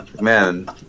man